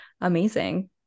amazing